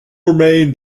remain